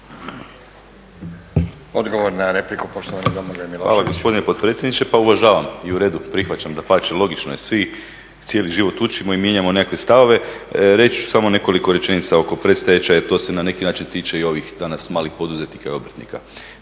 Milošević. **Milošević, Domagoj Ivan (HDZ)** Hvala gospodine potpredsjedniče. Pa uvažavam i u redu, prihvaćam dapače logično je, svi cijeli život učimo i mijenjamo nekakve stavove. Reći ću samo nekoliko rečenica oko predstečaja. To se na neki način tiče i ovih danas malih poduzetnika i obrtnika.